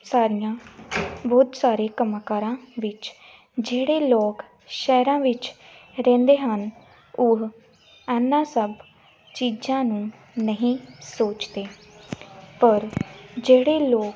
ਸਾਰੀਆਂ ਬਹੁਤ ਸਾਰੇ ਕੰਮਕਾਰਾਂ ਵਿੱਚ ਜਿਹੜੇ ਲੋਕ ਸ਼ਹਿਰਾਂ ਵਿੱਚ ਰਹਿੰਦੇ ਹਨ ਉਹ ਇਹਨਾਂ ਸਭ ਚੀਜ਼ਾਂ ਨੂੰ ਨਹੀਂ ਸੋਚਦੇ ਪਰ ਜਿਹੜੇ ਲੋਕ